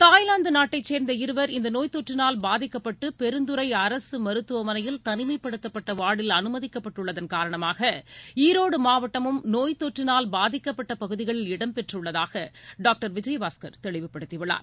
Thailand நாட்டைச் சேர்ந்த இருவர் இந்த நோய் தொற்றினால் பாதிக்கப்பட்டு பெருந்துறை அரசு மருத்துவமனையில் தனிமைப்படுத்தப்பட்ட வார்டில் அனுமதிக்கப்பட்டுள்ளதன் காரணமாக ஈரோடு மாவட்டமும் நோய் தொற்றினால் பாதிக்கப்பட்ட பகுதிகளில் இடம் பெற்றுள்ளதாக டாக்டர் விஜயபாஸ்கர் தெளிவுபடுத்தியுள்ளார்